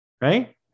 Right